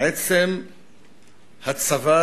עצם הצבת